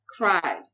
cried